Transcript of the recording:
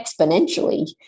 exponentially